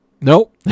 Nope